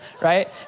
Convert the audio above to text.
right